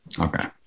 okay